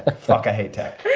ah fuck i hate tech.